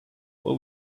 what